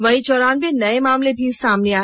वहीं चौरानबे नए मामले भी सामने आए